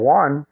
one